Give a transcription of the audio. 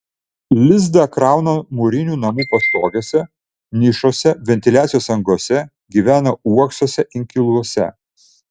lizdą krauna mūrinių namų pastogėse nišose ventiliacijos angose gyvena uoksuose inkiluose